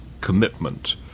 commitment